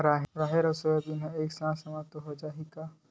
राहेर अउ सोयाबीन एक साथ सप्ता चाही का?